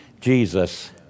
Jesus